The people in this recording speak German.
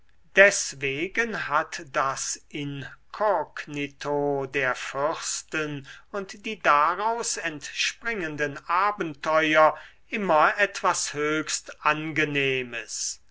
deswegen hat das inkognito der fürsten und die daraus entspringenden abenteuer immer etwas höchst angenehmes